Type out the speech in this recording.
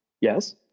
Yes